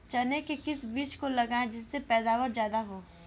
चने के किस बीज को लगाएँ जिससे पैदावार ज्यादा हो?